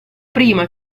prima